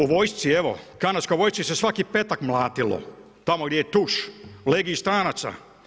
U vojsci evo, kanadskoj vojsci se svaki petak mlatilo tamo gdje je tuš, Legiji stranaca.